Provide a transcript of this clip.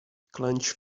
clenched